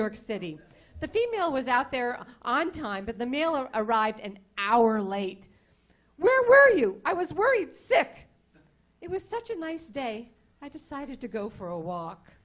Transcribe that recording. york city the female was out there on time but the mail or arrived an hour late were you i was worried sick it was such a nice day i decided to go for a walk